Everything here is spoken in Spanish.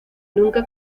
nunca